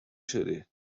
شدی